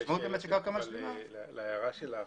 להערה שלך.